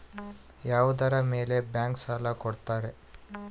ಯಾವುದರ ಮೇಲೆ ಬ್ಯಾಂಕ್ ಸಾಲ ಕೊಡ್ತಾರ?